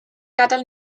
gadael